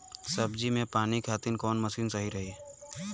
सब्जी में पानी खातिन कवन मशीन सही रही?